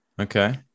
Okay